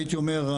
הייתי אומר,